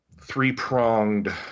three-pronged